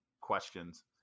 questions